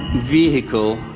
vehicle.